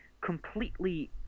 completely